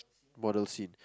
model scene